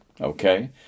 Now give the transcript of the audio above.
Okay